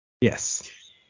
Yes